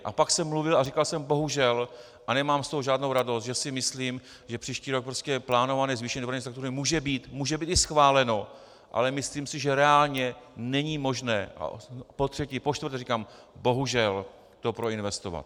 A pak jsem mluvil a říkal jsem bohužel a nemám z toho žádnou radost , že si myslím, že příští rok prostě plánované zvýšení může být, může být i schváleno, ale myslím si, že reálně není možné a potřetí, počtvrté říkám bohužel to proinvestovat.